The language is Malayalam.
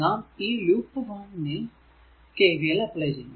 നാം ഈ ലൂപ്പ് 1 ൽ നാം KVL അപ്ലൈ ചെയ്യുന്നു